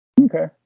Okay